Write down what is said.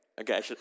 Okay